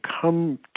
come